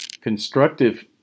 Constructive